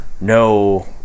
No